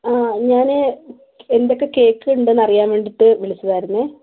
ആ ഞാൻ എന്തൊക്കെ കേക്ക് ഉണ്ടെന്നറിയാൻ വേണ്ടിയിട്ട് വിളിച്ചതായിരുന്നു